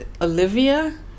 Olivia